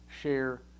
share